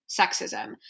sexism